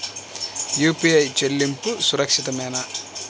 UPI చెల్లింపు సురక్షితమేనా?